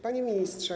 Panie Ministrze!